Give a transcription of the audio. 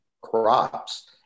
crops